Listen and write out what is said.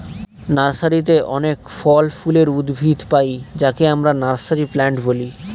নার্সারিতে অনেক ফল ফুলের উদ্ভিদ পাই যাকে আমরা নার্সারি প্লান্ট বলি